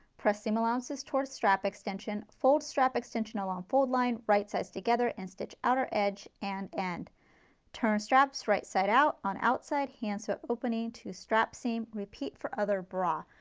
press seam allowances towards strap extension, fold strap extension along fold line, right sides together and stitch outer edge and and turn straps right side out on outside hands, so opening to strap seam, repeat for other bra.